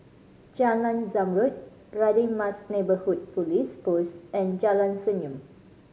Jalan Zamrud Radin Mas Neighbourhood Police Post and Jalan Senyum